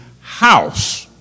house